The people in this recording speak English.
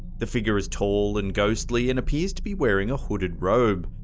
the figure is tall and ghostly, and appears to be wearing a hooded robe.